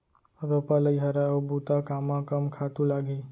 रोपा, लइहरा अऊ बुता कामा कम खातू लागही?